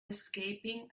escaping